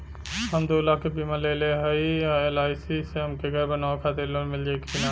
हम दूलाख क बीमा लेले हई एल.आई.सी से हमके घर बनवावे खातिर लोन मिल जाई कि ना?